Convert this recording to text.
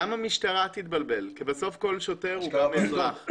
גם המשטרה תתבלבל כי בסוף כל שוטר הוא גם אזרח.